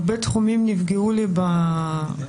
הרבה תחומים נפגעו לי בחיים,